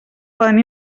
poden